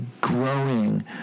growing